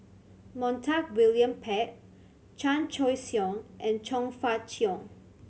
Montague William Pett Chan Choy Siong and Chong Fah Cheong